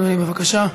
אדוני, בבקשה.